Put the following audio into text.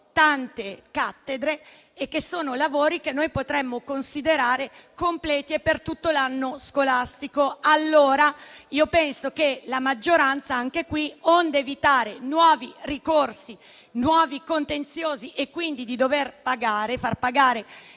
tante cattedre e tanti lavori che potremmo considerare completi e per tutto l'anno scolastico. Allora, penso che la maggioranza anche qui, onde evitare nuovi ricorsi e nuovi contenziosi e quindi di dover far pagare